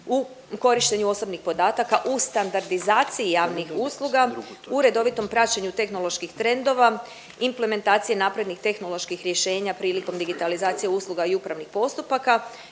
u korištenju osobnih podataka, u standardizaciji javnih usluga, u redovitom praćenju tehnoloških trendova, implementacije naprednih tehnoloških rješenja prilikom digitalizacije usluga i upravnih postupaka